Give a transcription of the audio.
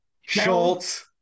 Schultz